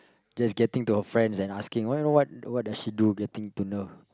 just getting to her friends and asking oh you know what does she do getting to know